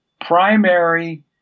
primary